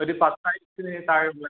ഒരു പത്തായിരത്തിന് താഴെയുള്ള